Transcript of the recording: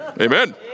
Amen